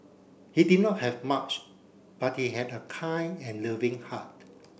he did not have much but he had a kind and loving heart